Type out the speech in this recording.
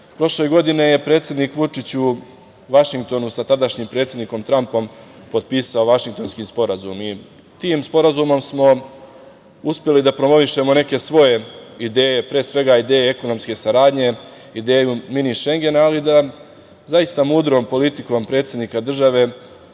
SAD.Prošle godine je predsednik Vučić u Vašingtonu sa tadašnjim predsednikom Trampom potpisao Vašingtonski sporazum i tim sporazumom smo uspeli da promovišemo neke svoje ideje, ideje ekonomske saradnje, ideju Mini šengena, ali da zaista mudrom politikom predsednika države